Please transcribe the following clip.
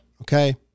okay